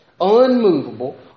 unmovable